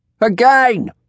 Again